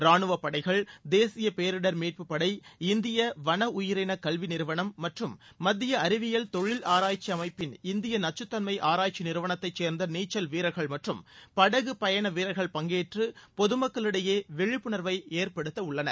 ராணுவப் படைகள் தேசிய பேரிடர் மீட்புப்படை இந்திய வள உயிரின கல்வி நிறுவனம் மற்றும் மத்திய அறிவியல் தொழில் ஆராய்ச்சி அமைப்பின் இந்திய நச்சுத்தன்மை ஆராய்ச்சி நிறுவனத்தைச் சேர்ந்த நீச்சல் வீரர்கள் மற்றும் படகு பயண வீரர்கள் பங்கேற்று பொதுமக்களிடையே விழிப்புணர்வை ஏற்படுத்தவுள்ளனர்